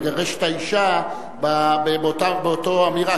לגרש את האשה באותה אמירה.